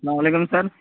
سلام علیکم سر